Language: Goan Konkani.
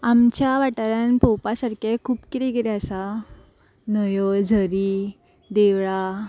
आमच्या वाठारान पोवपा सारकें खूब कितें कितें आसा न्हंयो झरी देवळां